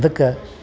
ಅದಕ್ಕೆ